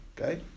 Okay